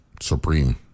supreme